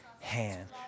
hand